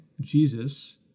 Jesus